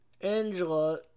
Angela